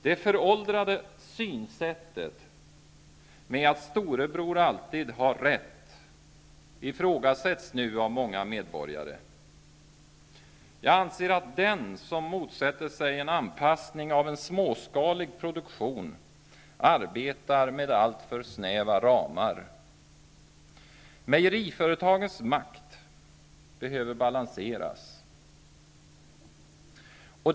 Det föråldrade synsättet att storebror alltid har rätt ifrågasätts nu av många medborgare. Jag anser att den som motsätter sig en anpassning av en småskalig produktion arbetar med alltför snäva ramar. Mejeriföretagens makt behöver balanseras.